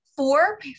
Four